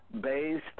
based